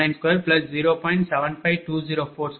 45250772 1